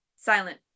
silent